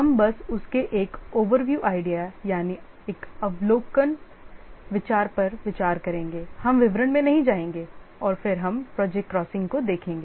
हम बस उस के एक अवलोकन विचार पर विचार करेंगे हम विवरण में नहीं जाएंगे और फिर हम प्रोजेक्ट क्रॉसिंग को देखेंगे